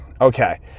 Okay